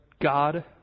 God